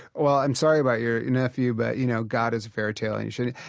well, i'm sorry about your nephew, but you know god is a fairy tale and you shouldn't,